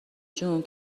جون